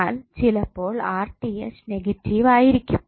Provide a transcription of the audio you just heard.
എന്നാൽ ചിലപ്പോൾ നെഗറ്റീവ് ആയിരിക്കും